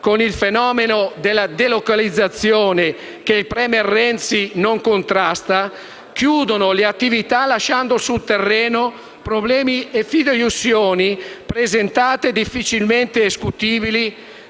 con il fenomeno della delocalizzazione (che il *premier* Renzi non contrasta), chiudono l'attività, lasciando sul terreno problemi e fideiussioni, presentate e difficilmente escutibili,